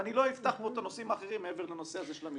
ואני לא אפתח פה את הנושאים האחרים מעבר לנושא הזה של המילואים.